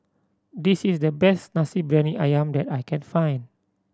this is the best Nasi Briyani Ayam that I can find